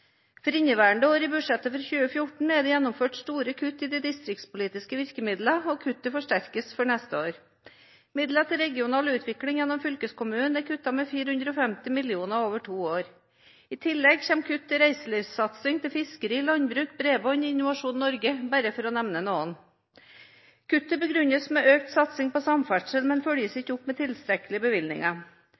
For inneværende år i budsjettet for 2014 er det gjennomført store kutt i de distriktspolitiske virkemidlene, og kuttet forsterkes for neste år. Midler til regional utvikling gjennom fylkeskommunen er kuttet med 450 mill. kr over to år. I tillegg kommer kutt til reiselivssatsing, fiskeri, landbruk, bredbånd og Innovasjon Norge, bare for å nevne noen. Kuttet begrunnes med økt satsing på samferdsel, men følges ikke opp med tilstrekkelige bevilgninger.